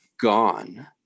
gone